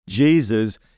Jesus